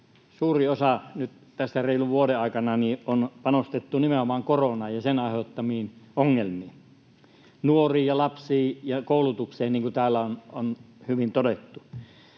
suuri osa nyt tässä reilun vuoden aikana on panostettu nimenomaan koronaan ja sen aiheuttamiin ongelmiin, nuoriin ja lapsiin ja koulutukseen, niin kuin täällä on hyvin todettu.